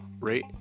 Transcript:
rate